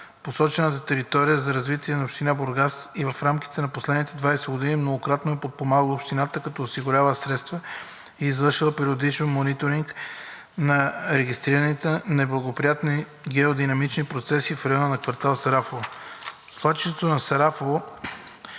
посочената територия за развитието на община Бургас и в рамките на последните 20 години многократно е подпомагало общината, като е осигурявало средства и е извършвало периодично мониторинг на регистрираните неблагоприятни геодинамични процеси в района на квартал „Сарафово“.